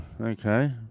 okay